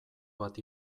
bat